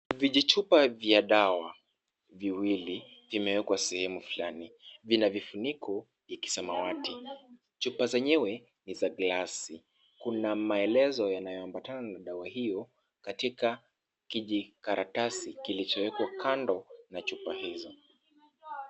Vijichupa vya dawa viwili vimewekwa sehemu fulani. Vina vifuniko vya kisamawati. Chupa zenyewe ni za glasi. Kuna maelezo yanayoambatana na dawa hiyo katika kijikaratasi kilichowekwa kando na chupa hizo.